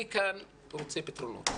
אני כאן רוצה פתרונות.